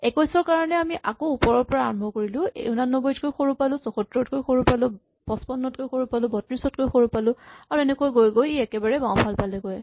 ২১ ৰ কাৰণে আমি আকৌ ওপৰৰ পৰা আৰম্ভ কৰিলো ৮৯ তকৈ সৰু পালো ৭৪ তকৈ সৰু পালো ৫৫ তকৈ সৰু পালো ৩২ তকৈ সৰু পালো আৰু এনেকৈ গৈ গৈ ই একেবাৰে বাওঁফাল পালেগৈ